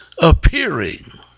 appearing